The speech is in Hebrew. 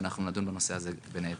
ואנחנו נדון בנושא הזה, בין היתר.